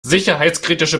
sicherheitskritische